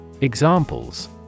Examples